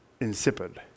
insipid